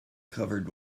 covered